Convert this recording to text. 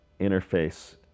interface